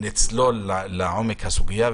ונצלול לעומק הסוגיה.